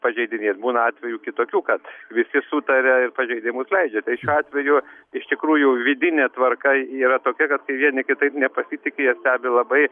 pažeidinėt būna atvejų kitokių kad visi sutaria ir pažeidimus leidžia tai atveju iš tikrųjų vidinė tvarka yra tokia kad kai vieni kitais nepasitiki jie stebi labai